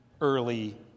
early